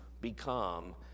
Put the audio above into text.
become